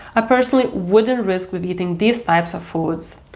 ah personally would and risk with eating these types of foods.